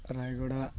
Rayagada